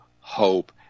hope